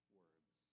words